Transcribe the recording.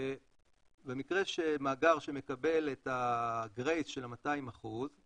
שבמקרה שמאגר שמקבל את הגרייס של ה-200%